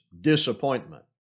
disappointment